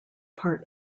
part